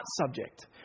subject